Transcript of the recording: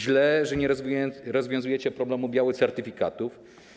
Źle, że nie rozwiązujecie problemu białych certyfikatów.